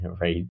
Right